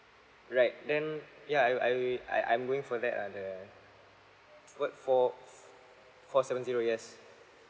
right then yeah I I'll be I I'm going for that lah the what four four seven zero yes